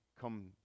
come